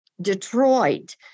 Detroit